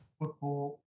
football